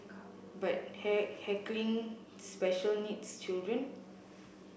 but heckling special needs children